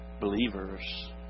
believers